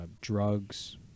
Drugs